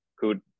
good